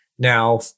Now